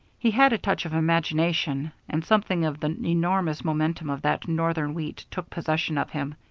he had a touch of imagination, and something of the enormous momentum of that northern wheat took possession of him.